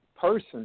person